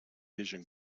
vision